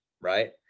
right